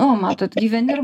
o matot gyveni ir